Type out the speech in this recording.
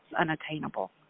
unattainable